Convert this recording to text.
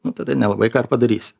nu tada nelabai ką ir padarysi